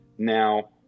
Now